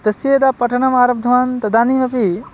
तस्य यदा पठनम् आरब्धवान् तदानीमपि